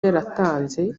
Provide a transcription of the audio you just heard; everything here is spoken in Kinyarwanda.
yaratanze